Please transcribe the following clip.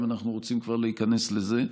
אם אנחנו כבר רוצים להיכנס לזה.